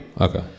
Okay